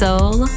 Soul